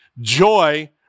joy